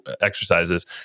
exercises